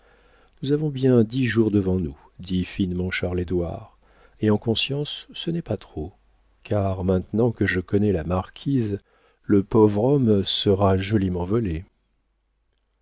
nous avons bien dix jours devant nous dit finement charles édouard et en conscience ce n'est pas trop car maintenant que je connais la marquise le pauvre homme sera joliment volé